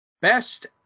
best